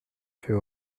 fais